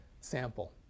sample